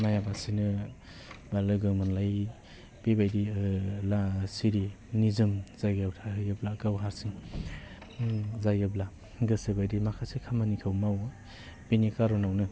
नायालासेनो बा लोगो मोनलायि बेबायदि सिरि निजोम जायगायाव थाहैयोब्ला गाव हारसिं जायोब्ला गोसो बायदि माखासे खामानिखौ मावो बेनि कार'नावनो